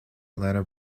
atlanta